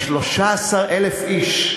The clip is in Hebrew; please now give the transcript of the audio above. יש 13,000 איש.